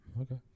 Okay